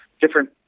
different